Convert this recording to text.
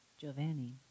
Giovanni